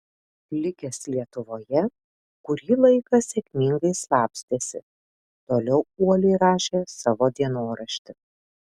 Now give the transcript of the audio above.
likęs lietuvoje kurį laiką sėkmingai slapstėsi toliau uoliai rašė savo dienoraštį